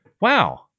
wow